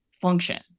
function